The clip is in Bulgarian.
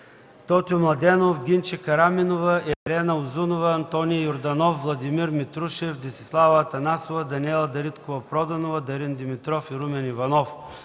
Тотю Младенов, Гинче Караминова, Ирена Узунова, Антоний Йорданов, Владимир Митрушев, Десислава Атанасова, Даниела Дариткова-Проданова, Дарин Димитров, Румен Иванов: